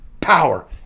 power